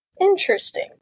Interesting